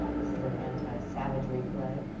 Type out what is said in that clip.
this is an anti-savagery play.